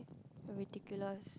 ridiculous